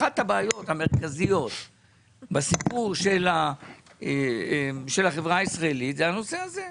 אחת הבעיות המרכזיות בסיפור של החברה הישראלית זה הנושא הזה,